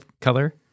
color